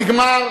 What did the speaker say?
נגמר.